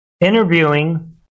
Interviewing